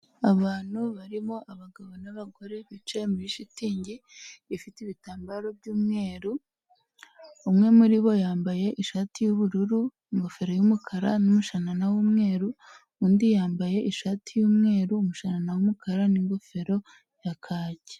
Abantu barimo abagabo n'abagore bicaye muri shitingi ifite ibitambaro by'umweru, umwe muri bo yambaye ishati y'ubururu ingofero y'umukara n'umushanana w'umweru, undi yambaye ishati y'umweru umushanana w'umukara n'ingofero ya kake.